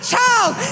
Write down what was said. child